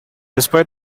despite